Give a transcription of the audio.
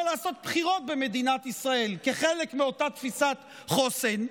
לעשות בחירות במדינת ישראל כחלק מאותה תפיסת חוסן,